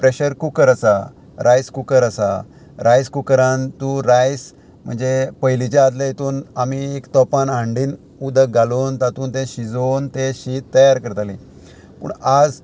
pressure cooker आसा rice cooker आसा rice कुकरान तूं रायस म्हणजे पयलींच्या आदले हितून आमी एक तोपान हांडीन उदक घालून तातूंत ते शिजोवन ते शीत तयार करताली पूण आज